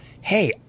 hey